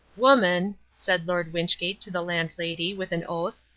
woman, said lord wynchgate to the landlady, with an oath,